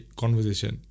conversation